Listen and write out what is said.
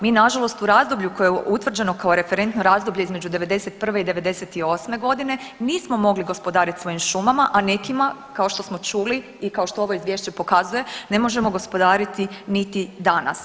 Mi nažalost u razdoblju koje je utvrđeno kao referentno razdoblje između '91. i '98. g. nismo mogli gospodariti svojim šumama, a nekima, kao što smo čuli, i kao što ovo Izvješće pokazuje, ne možemo gospodariti niti danas.